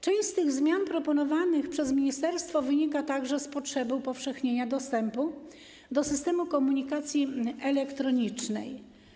Część z tych zmian proponowanych przez ministerstwo wynika także z potrzeby upowszechnienia dostępu do systemu komunikacji elektronicznej.